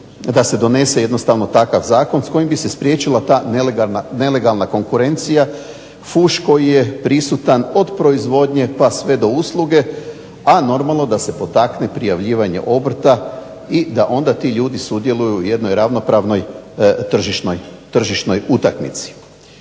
da se donese jednostavno takav zakon s kojim bi se spriječila ta nelegalna konkurencija, fuš koji je prisutan od proizvodnje pa sve do usluge, a normalno da se potakne prijavljivanje obrta i da onda ti ljudi sudjeluju u jednoj ravnopravnoj tržišnoj utakmici.